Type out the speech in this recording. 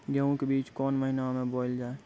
गेहूँ के बीच कोन महीन मे बोएल जाए?